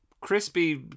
Crispy